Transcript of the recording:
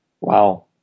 Wow